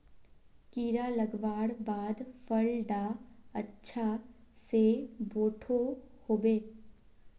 कीड़ा लगवार बाद फल डा अच्छा से बोठो होबे?